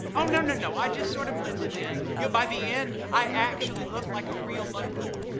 oh, no, no, no. i just sort of blended in. you know, by the end, i actually looked like a real local.